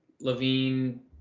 Levine